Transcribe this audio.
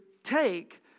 Take